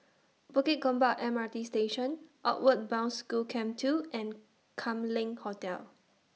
Bukit Gombak M R T Station Outward Bound School Camp two and Kam Leng Hotel